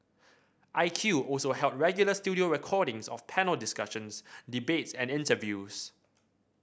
I Q also held regular studio recordings of panel discussions debates and interviews